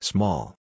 Small